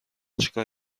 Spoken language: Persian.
چیکار